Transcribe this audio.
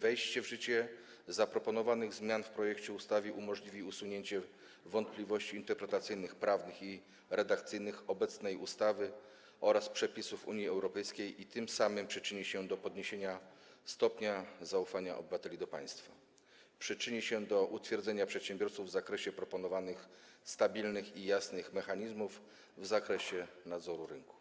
Wejście w życie zmian zaproponowanych w projekcie ustawy umożliwi usunięcie wątpliwości interpretacyjnych prawnych i redakcyjnych co do obecnej ustawy oraz przepisów Unii Europejskiej i tym samym przyczyni się do podniesienia stopnia zaufania obywateli do państwa, przyczyni się do utwierdzenia przedsiębiorców w zakresie proponowanych stabilnych i jasnych mechanizmów w zakresie nadzoru rynku,